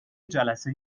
جلسه